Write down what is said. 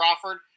Crawford